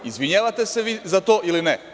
Izvinjavate se vi za to ili ne?